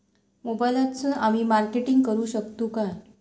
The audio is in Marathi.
मोबाईलातसून आमी मार्केटिंग करूक शकतू काय?